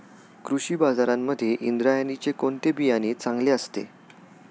कृषी बाजारांमध्ये इंद्रायणीचे कोणते बियाणे चांगले असते?